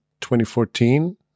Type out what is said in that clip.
2014